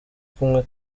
kumwe